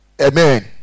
Amen